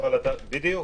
בדיוק.